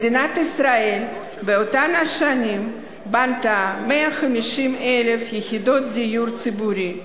מדינת ישראל באותן השנים בנתה 150,000 יחידות דיור ציבורי,